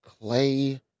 Clay